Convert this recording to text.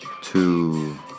Two